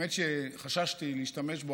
האמת היא שחששתי להשתמש בו,